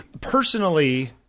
Personally